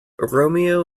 romeo